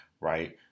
right